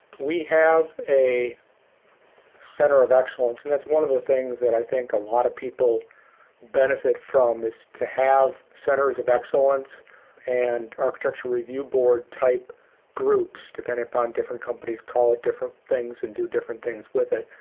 we have a center of excellence, and that's one of the things that i think a lot of people benefit from, is to have centers of excellence and architectural review board type groups, depending upon different companies, call it different things and do different things with it.